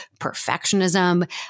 perfectionism